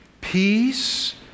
peace